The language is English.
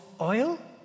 oil